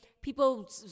People